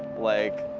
like,